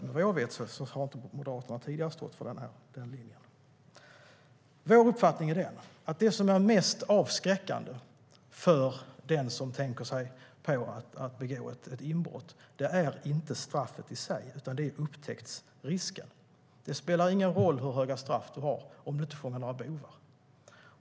Men vad jag vet har inte Moderaterna tidigare stått för den linjen. Vår uppfattning är att det som är mest avskräckande för den som tänker sig att begå ett inbrott inte är straffet i sig utan upptäcktsrisken. Det spelar ingen roll hur hög höga straff du har om du inte fångar några bovar.